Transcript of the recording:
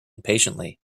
impatiently